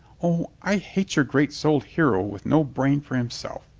o, i hate your great souled hero with no brain for himself.